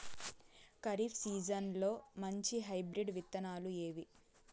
ఖరీఫ్ సీజన్లలో మంచి హైబ్రిడ్ విత్తనాలు ఏవి